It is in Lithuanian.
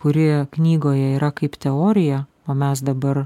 kuri knygoje yra kaip teorija o mes dabar